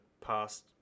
past